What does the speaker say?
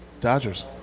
Dodgers